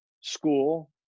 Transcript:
school